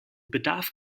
bedarf